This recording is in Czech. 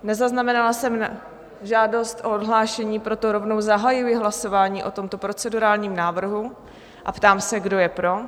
Nezaznamenala jsem žádost o odhlášení, proto rovnou zahajuji hlasování o tomto procedurálním návrhu a ptám se, kdo je pro?